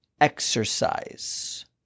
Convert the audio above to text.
exercise